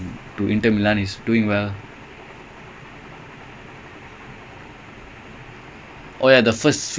no but luke cargo luke cargo played it so well in Manchester United itself what like you prefer luke cargo is a flop dude he's called